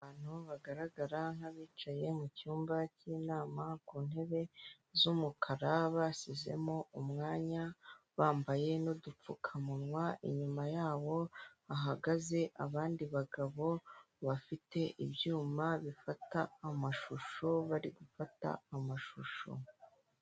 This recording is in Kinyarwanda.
Abantu bagaragara nk'abicaye mu cyumba k'inama ku ntebe z'umukara, bashyizemo umwanya bambaye n'udupfukamunwa, inyuma yabo hagaze abandi bagabo bafite ibyuma bifata amashusho bari gufata amashusho.